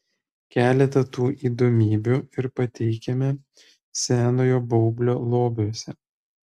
keletą tų įdomybių ir pateikiame senojo baublio lobiuose